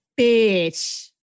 bitch